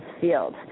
field